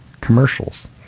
commercials